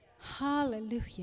Hallelujah